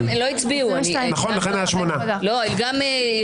הצבעה לא אושרו.